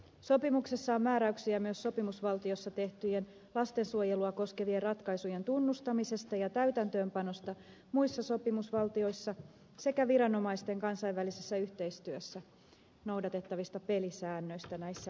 sopimuksessa on määräyksiä myös sopimusvaltiossa tehtyjen lastensuojelua koskevien ratkaisujen tunnustamisesta ja täytäntöönpanosta muissa sopimusvaltioissa sekä viranomaisten kansainvälisessä yhteistyössä noudatettavista pelisäännöistä näissä asioissa